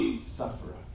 sufferer